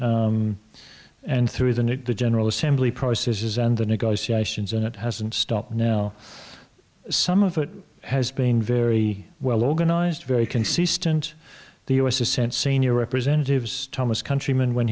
group and through the new general assembly processes and the negotiations and it hasn't stopped now some of it has been very well organized very consistent the u s a sense senior representatives thomas countryman when